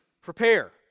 prepare